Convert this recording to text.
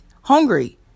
Hungry